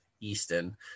Easton